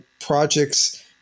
projects